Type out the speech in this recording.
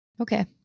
Okay